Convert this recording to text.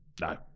No